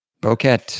bouquet